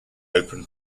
open